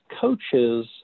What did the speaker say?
coaches